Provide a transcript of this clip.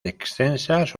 extensas